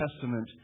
Testament